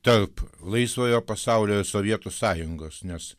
tarp laisvojo pasaulio ir sovietų sąjungos nes